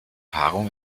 paarung